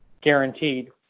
guaranteed